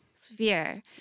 sphere